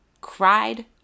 cried